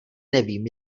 nevím